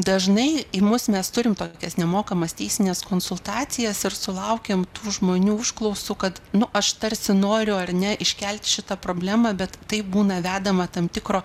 dažnai į mus mes turim tokias nemokamas teisines konsultacijas ir sulaukiam tų žmonių užklausų kad nu aš tarsi noriu ar ne iškelt šitą problemą bet tai būna vedama tam tikro